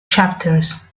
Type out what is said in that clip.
chapters